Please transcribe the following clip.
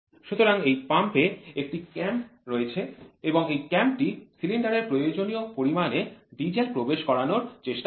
সুতরাং এই পাম্পে একটি ক্যাম রয়েছে এবং এই ক্যাম টি সিলিন্ডারে প্রয়োজনীয় পরিমাণে ডিজেল প্রবেশ করানোর চেষ্টা করে